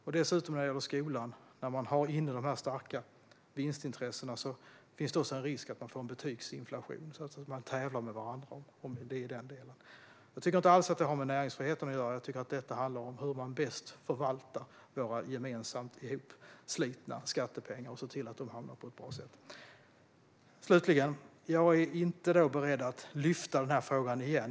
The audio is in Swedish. När det gäller skolan och dessa starka vinstintressen finns det dessutom risk för betygsinflation, det vill säga att företagen tävlar med varandra i den delen. Jag tycker inte alls att detta har med näringsfriheten att göra utan med hur man bäst förvaltar våra gemensamt hopslitna skattepengar och ser till att de används på ett bra sätt. Slutligen är jag inte beredd att ta upp frågan igen.